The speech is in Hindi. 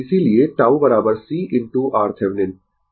इसीलिए tau C इनटू RThevenin